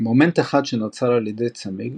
מומנט אחד שנוצר על ידי צמיג,